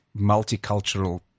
Multicultural